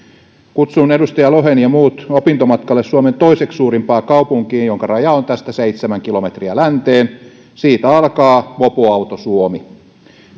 kutsun edustaja lohen ja muut opintomatkalle suomen toiseksi suurimpaan kaupunkiin jonka raja on tästä seitsemän kilometriä länteen siitä alkaa mopoauto suomi